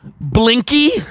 Blinky